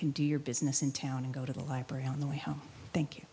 can do your business in town and go to the library on the way home thank